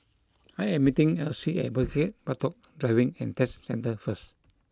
I am meeting Elsie at Bukit Batok Driving and Test Centre first